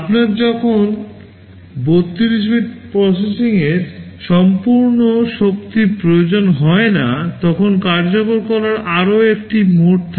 আপনার যখন 32 bit প্রসেসিংয়ের সম্পূর্ণ শক্তি প্রয়োজন হয় না তখন কার্যকর করার আরও একটি মোড থাকে